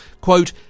Quote